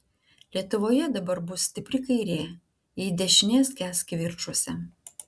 lietuvoje dabar bus stipri kairė jei dešinė skęs kivirčuose